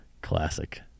Classic